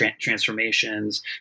transformations